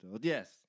Yes